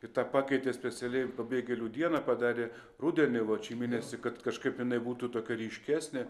į tą pakeitė specialiai pabėgėlių dieną padarė rudenį vat šį mėnesį kad kažkaip jinai būtų tokia ryškesnė